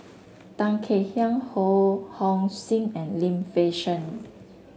Tan Kek Hiang Ho Hong Sing and Lim Fei Shen